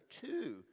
two